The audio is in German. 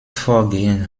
vorgehen